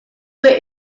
great